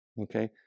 Okay